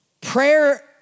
Prayer